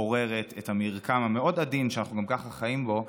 ומפוררת את המרקם המאוד-עדין שגם ככה אנחנו חיים בו,